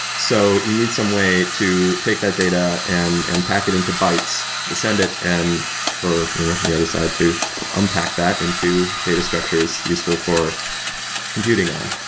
so you need some way to take the ah data and and pack it into bytes to send it and for the other side to unpack that into data structures useful for computing on.